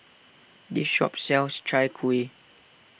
this shop sells Chai Kuih